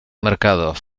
mercados